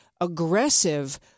aggressive